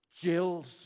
Jill's